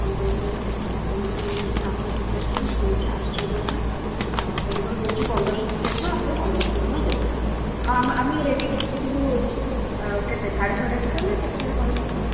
ପନ୍ଦର ପ୍ଲେଟ୍ ପକୋଡ଼ା ଆପଣଙ୍କ ଇଏ ହେଉଛି ସାତଶହ ପଚାଶ ଟଙ୍କା ସେ ହେଉଛି ଆଠଶହ ଟଙ୍କା ଆଉ ଆପଣଙ୍କର ହେଉଛି ପନ୍ଦରଶହ ପଚାଶଟଙ୍କା ଆପଣ ପନ୍ଦରଶହ ଟଙ୍କା ଦେବେ ହଁ ଆମେ ଆମେ ରେଡ଼ି କରିଦେଇଥିବୁ ଆ କେତେ ସାଢ଼େ ଛଅଟା ଭିତରେ ନା କେତେଟାରେ କହିଲେ ଆପଣ